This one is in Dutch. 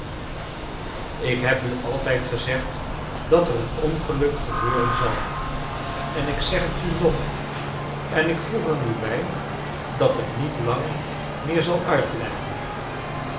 ik heb u altijd gezegd dat er een ongeluk gebeuren zal en ik zeg het u nog en ik voeg er nu bij dat het niet lang meer zal uitblijven